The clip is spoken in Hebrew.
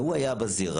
והוא היה בזירה.